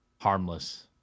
harmless